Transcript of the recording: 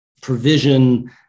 provision